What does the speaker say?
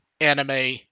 anime